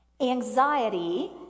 Anxiety